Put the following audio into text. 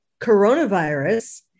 Coronavirus